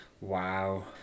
Wow